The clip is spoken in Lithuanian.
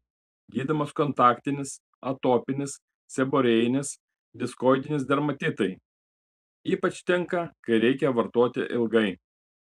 gydomas kontaktinis atopinis seborėjinis diskoidinis dermatitai ypač tinka kai reikia vartoti ilgai